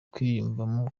kwiyumvamo